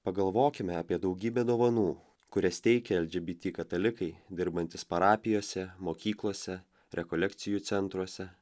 pagalvokime apie daugybę dovanų kurias teikia lgbt katalikai dirbantys parapijose mokyklose rekolekcijų centruose